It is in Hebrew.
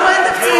למה אין תקציב?